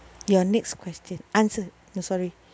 your next question answer oh sorry